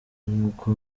nkuko